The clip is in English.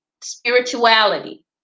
Spirituality